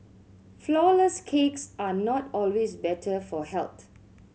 flourless cakes are not always better for health